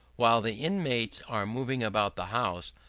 while the inmates are moving about the house,